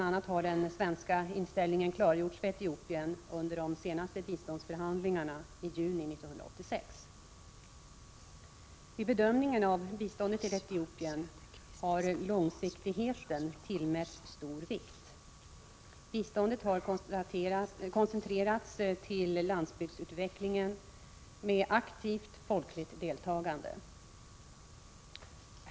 a. har den svenska inställningen klargjorts för Etiopien under de senaste biståndsförhandlingarna i juni 1986. Vid bedömningen av biståndet till Etiopien har långsiktigheten tillmätts stor vikt. Biståndet har koncentrerats till landsbygdsutveckling med aktivt folkligt deltagande.